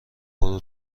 برو